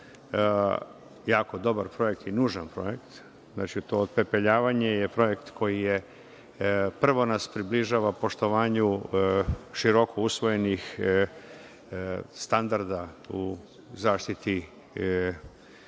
jako dobar projekat i nužan projekat. To otpepeljavanje je projekat kojima se prvo približava poštovanju široko usvojenih standarda u zaštiti